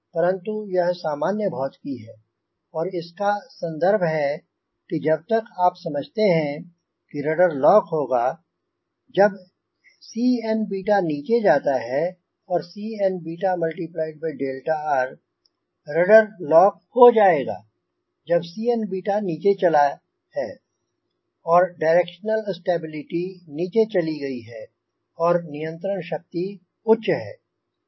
परन्तु यह सामान्य भौतिकी है और इसका एक संदर्भ है कि जब तक आप समझते हैं कि रडर लॉक होगा जब Cnनीचे जाता है औरCnr रडर लॉक हो जायेगा जब Cnनीचे चला है और डायरेक्शनल स्टेबिलिटी नीचे चली गयी है और नियंत्रण शक्ति उच्च है